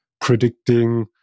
predicting